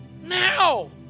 Now